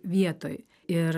vietoj ir